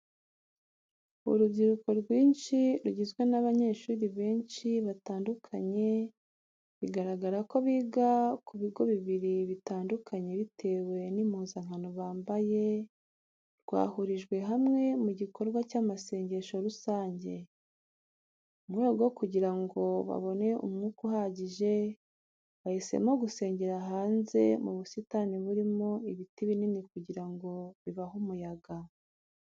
Urubyiruko rwinshi rugizwe n'abanyeshuri benshi batandukanye bigaragara ko biga ku bigo bibiri bitandukanye bitewe n'impuzankano bambaye rwahurijwe hamwe mu gikorwa cy'amasengesho rusange. Mu rwego rwo kugira ngo babone umwuka uhagije, bahisemo gusengera hanze mu busitani burimo ibiti binini kugira ngo bibahe umuyaga.